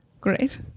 Great